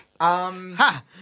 Ha